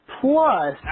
Plus